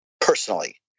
personally